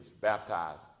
baptized